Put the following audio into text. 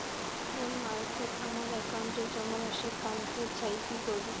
Phone মারফত আমার একাউন্টে জমা রাশি কান্তে চাই কি করবো?